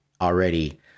already